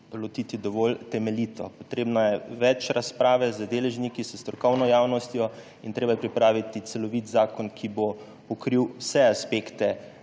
dovolj temeljito. Potrebno je več razprave z deležniki, s strokovno javnostjo in treba je pripraviti celovit zakon, ki bo pokril vse aspekte